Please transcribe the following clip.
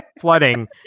flooding